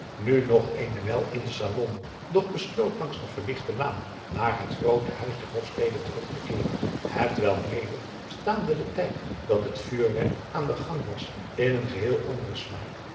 nu nog eene wijl in den salon doch besloot langs de verlichte laan naar adriaan loosjes pzn het leven van johannes wouter blommesteyn het groote huis der hofstede terug te keeren hetwelk mede staande den tijd dat het vuurwerk aan den gang was in een geheel anderen smaak